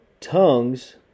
Tongues